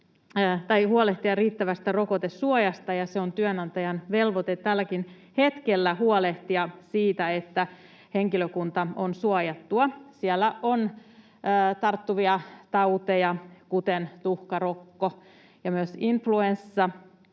huolehtia riittävästä rokotesuojasta, ja on työnantajan velvoite tälläkin hetkellä huolehtia siitä, että henkilökunta on suojattua — siellä on tarttuvia tauteja, kuten tuhkarokko ja myös inf-luenssa